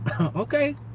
Okay